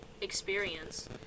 experience